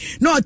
no